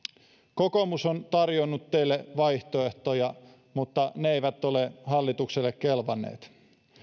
kokoomus on tarjonnut teille vaihtoehtoja mutta ne eivät ole hallitukselle kelvanneet